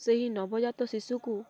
ସେହି ନବଜାତ ଶିଶୁକୁ